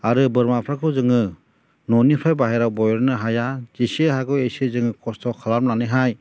आरो बोरमाफोरखौ जोङो न'निफ्राय बाहेरायाव बरननो हाया जेसे हागौ एसे जोङो खस्थ' खालामनानैहाय